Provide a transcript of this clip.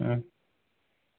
ꯎꯝ